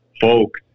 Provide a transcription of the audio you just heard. folk